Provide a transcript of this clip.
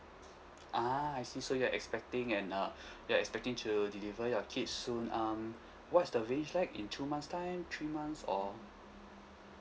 ah I see so you're expecting an uh you're expecting to deliver your kids soon um what's the range like in two months time three months or